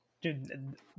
Dude